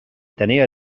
tenia